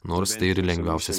nors tai ir lengviausias